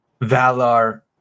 Valar